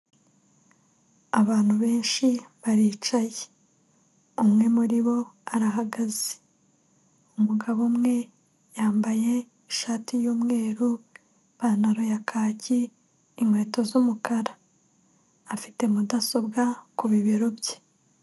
Abantu benshi baricaye, umwe muribo arahagaze ,umugabo umwe yambaye ishati y'umweru ipantaro ya kaki, inkweto z'umukara, afite mudasobwa ku bibero bye.